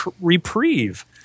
reprieve